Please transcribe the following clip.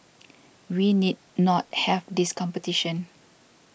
we need not have this competition